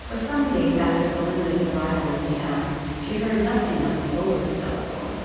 for some days after belinda's arrival in town she heard nothing of lord delacour